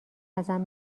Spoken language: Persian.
ازم